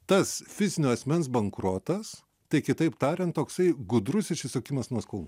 tas fizinio asmens bankrotas tai kitaip tariant toksai gudrus išsisukimas nuo skolų